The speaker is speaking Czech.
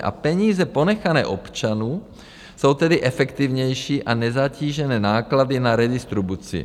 A peníze ponechané občanům jsou tedy efektivnější a nezatížené náklady na redistribuci.